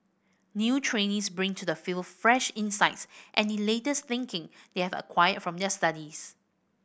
new trainees bring to the field fresh insights and the latest thinking they have acquired from their studies